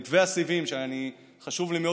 מתווה הסיבים,